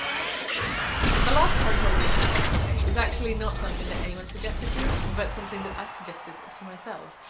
i don't know what is. so the last character i want to talk about today is actually not something that anyone suggested to me, but something that i suggested to myself,